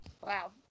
Wow